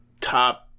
top